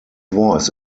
voice